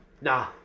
Nah